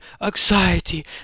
anxiety